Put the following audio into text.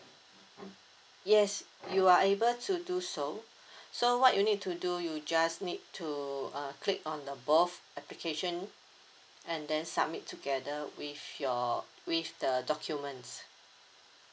yes you are able to do so so what you need to do you just need to uh click on the both application and then submit together with your with the documents